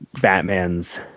Batman's